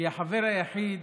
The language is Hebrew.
כי החבר היחיד